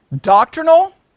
Doctrinal